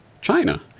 China